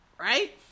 right